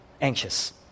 anxious